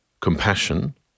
compassion